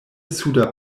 suda